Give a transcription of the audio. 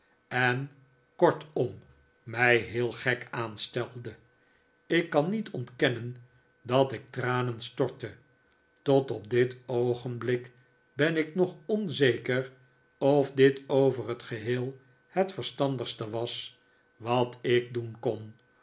en kortom mij heel gek aanstelde ik kan niet ontkennen dat ik tranen stortte tot op dit oogenblik ben ik nog onzeker of dit over het geheel het verstandigste was wat ik doen kon